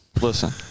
listen